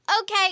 okay